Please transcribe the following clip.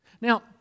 Now